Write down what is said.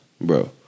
Bro